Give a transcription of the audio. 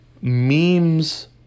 memes